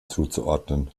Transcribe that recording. zuzuordnen